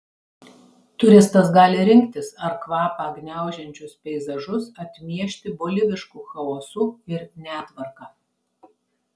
turistas gali rinktis ar kvapą gniaužiančius peizažus atmiešti bolivišku chaosu ir netvarka